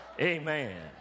Amen